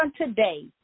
today